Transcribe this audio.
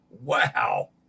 wow